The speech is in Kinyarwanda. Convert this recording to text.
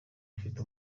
afite